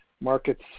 markets